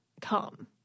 come